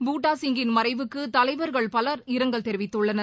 பூட்டாசிங்கின் மறைவுக்குதலைவர்கள் பலர் இரங்கல் தெரிவித்துள்ளனர்